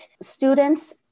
students